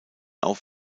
auf